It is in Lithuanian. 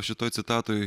šitoj citatoj